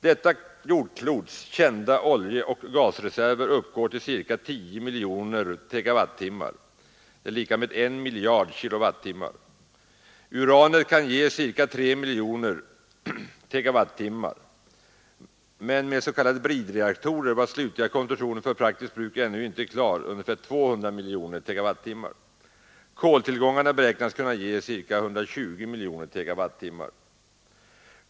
Detta klots kända oljeoch gasreserver uppgår till ca 10 miljoner TWh = 1 miljard kilowattimmar. Uranet kan ge ca 3 miljoner TWh . Koltillgångarna beräknas kunna ge 120 miljoner TWh.